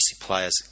players